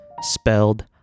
spelled